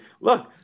Look